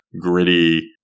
Gritty